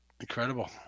Incredible